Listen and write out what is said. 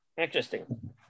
interesting